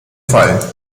fall